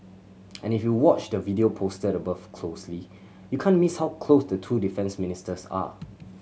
and if you watch the video posted above closely you can't miss how close the two defence ministers are